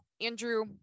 Andrew